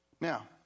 Now